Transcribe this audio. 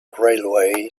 railway